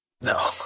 No